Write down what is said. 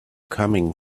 coming